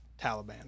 Taliban